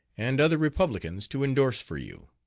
and other republicans to indorse for you.